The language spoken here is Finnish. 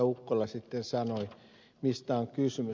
ukkola sitten sanoi mistä on kysymys